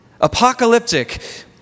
Apocalyptic